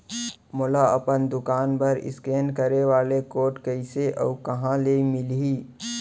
मोला अपन दुकान बर इसकेन करे वाले कोड कइसे अऊ कहाँ ले मिलही?